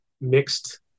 mixed